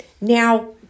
Now